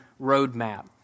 roadmap